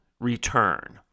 return